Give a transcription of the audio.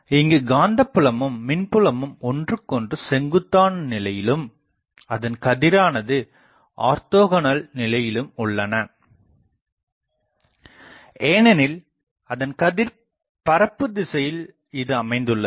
இங்குக் காந்தப்புலமும் மின்புலமும் ஒன்றுக்கொன்று செங்குத்தான நிலையிலும் அதன் கதிரானது ஆர்தொகோனல் நிலையிலும் உள்ளன ஏனெனில் அதன் கதிர்பரப்புத் திசையில் இது அமைந்துள்ளது